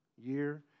Year